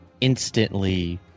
instantly